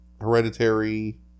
Hereditary